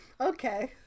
Okay